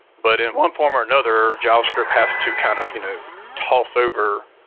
but in one form or another, javascript has to kind of you know toss over